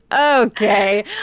okay